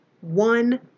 one